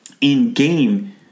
in-game